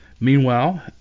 Meanwhile